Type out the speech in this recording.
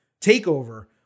TakeOver